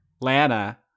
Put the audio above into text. Lana